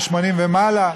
80 ומעלה,